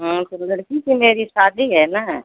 हाँ तो लड़की की मेरी शादी है न